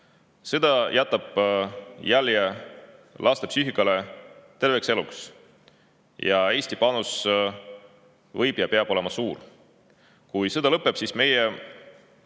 Sõda jätab jälje laste psüühikale terveks eluks. Eesti panus võib olla ja peab olema suur. Kui sõda lõpeb, siis meie